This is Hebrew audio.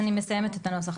אז אני מסיימת את הנוסח,